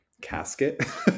casket